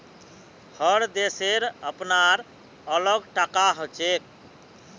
हर देशेर अपनार अलग टाका हछेक